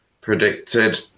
predicted